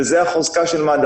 וזה החוזקה של מד"א,